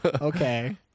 Okay